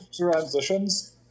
transitions